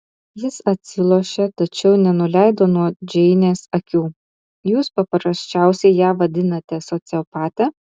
jis atsilošė tačiau nenuleido nuo džeinės akių jūs paprasčiausiai ją vadinate sociopate